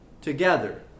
together